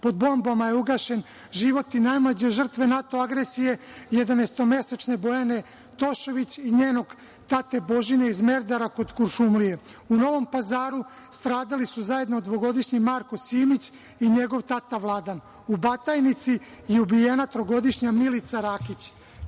Pod bombama je ugašen život i najmlađe žrtve NATO agresije jedanestomesečne Bojane Tošović i njenog tate Božina iz Merdara kod Kuršumlije. U Novom Pazaru stradali su zajedno dvogodišnji Marko Silić i njegov tata Vladan. U Batajnici je ubijena trogodišnja Milica Rakić. Tačan